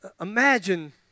Imagine